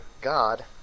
God